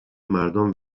مردان